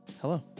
Hello